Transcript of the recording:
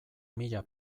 mila